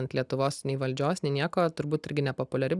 ant lietuvos nei valdžios nei nieko turbūt irgi nepopuliari